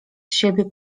siebie